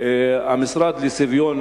שהמשרד מקציב לסביון